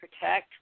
protect